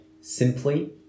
simply